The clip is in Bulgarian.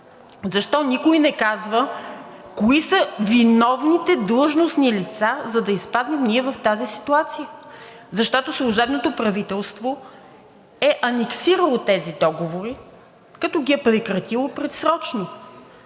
Защо никой не казва кои са виновните длъжностни лица, за да изпаднем ние в тази ситуация? Защото служебното правителство е анексирало тези договори, като ги е прекратило предсрочно.